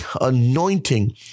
anointing